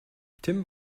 tim